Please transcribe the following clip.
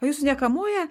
o jūsų nekamuoja